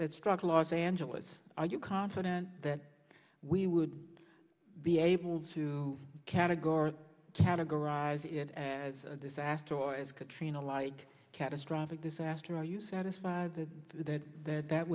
that struck los angeles are you confident that we would be able to categorically categorize it as a disaster or as a katrina like catastrophic disaster are you satisfied that that that that